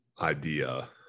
idea